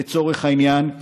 לצורך העניין,